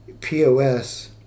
POS